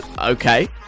Okay